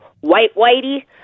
white-whitey